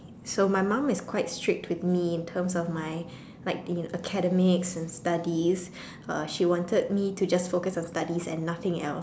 so my mum is quite strict with me in terms of my like the academics and studies uh she wanted me to just focus on studies and nothing else